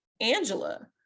Angela